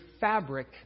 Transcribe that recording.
fabric